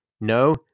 No